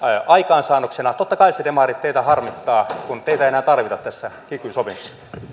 aikaansaannoksena totta kai se demarit teitä harmittaa kun teitä ei enää tarvita tässä kiky